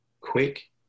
quick